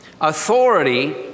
Authority